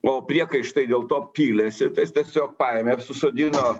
o priekaištai dėl to pylėsi tiesiog paėmė susodino